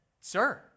sir